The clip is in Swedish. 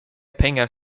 pengar